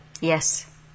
Yes